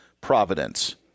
Providence